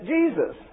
Jesus